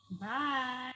Bye